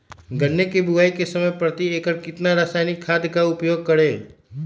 गन्ने की बुवाई के समय प्रति एकड़ कितना रासायनिक खाद का उपयोग करें?